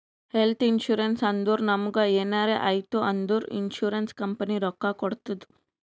health insurance ಅಂದುರ್ ನಮುಗ್ ಎನಾರೇ ಆಯ್ತ್ ಅಂದುರ್ ಇನ್ಸೂರೆನ್ಸ್ ಕಂಪನಿ ರೊಕ್ಕಾ ಕೊಡ್ತುದ್